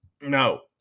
No